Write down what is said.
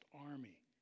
army